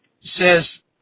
says